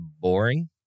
boring